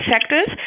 sectors